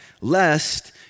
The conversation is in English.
lest